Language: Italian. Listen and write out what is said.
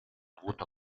avuto